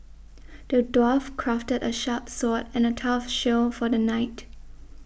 the dwarf crafted a sharp sword and a tough shield for the knight